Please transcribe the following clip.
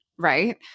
right